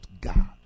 God